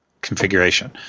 configuration